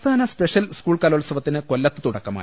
സംസ്ഥാന special school കലോത്സവത്തിന് കൊല്ലത്ത് തുടക്കമായി